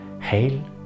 Hail